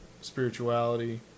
spirituality